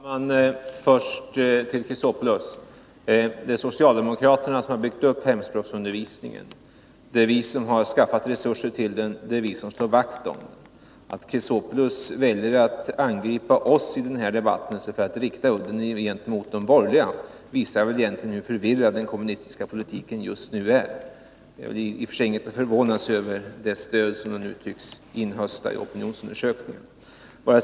Herr talman! Först till Alexander Chrisopoulos: Det är socialdemokraterna som har byggt upp hemspråksundervisningen. Det är vi som har skaffat resurser till den, och det är vi som slår vakt om den. Att Alexander Chrisopoulos väljer att angripa oss i den här debatten i stället för att rikta udden mot de borgerliga visar hur förvirrad den kommunistiska politiken just nu är — därför är det stöd som vpk enligt opinionsundersökningarna nu tycks inhösta inget att förvåna sig över.